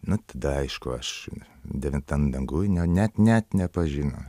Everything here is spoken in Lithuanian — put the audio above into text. nu tada aišku aš devintam danguj ne net net nepažino